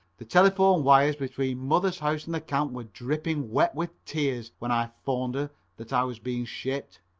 the telephone wires between mother's house and the camp were dripping wet with tears when i phoned her that i was being shipped.